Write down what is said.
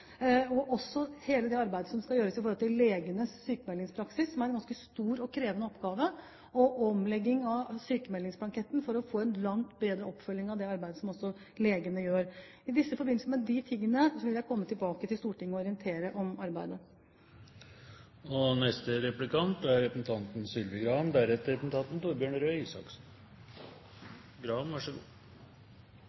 – også når det gjelder hele det arbeidet som skal gjøres med hensyn til legenes sykmeldingspraksis, som er en ganske stor og krevende oppgave, og når det gjelder en omlegging av sykmeldingsblanketten for å få en langt bedre oppfølging av det arbeidet som legene gjør. I forbindelse med disse tingene vil jeg komme tilbake til Stortinget og orientere om arbeidet. Høyre har foreslått gradert sykmelding som hovedregel flere ganger siden 2007, og